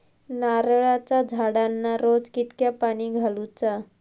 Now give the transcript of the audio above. नारळाचा झाडांना रोज कितक्या पाणी घालुचा?